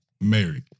Married